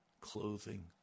clothing